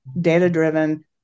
data-driven